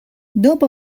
dopo